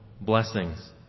blessings